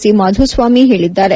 C Madhuswamy ಹೇಳಿದ್ದಾರೆ